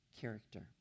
character